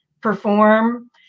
perform